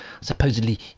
supposedly